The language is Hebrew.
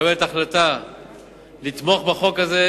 מקבלת החלטה לתמוך בחוק הזה,